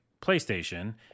PlayStation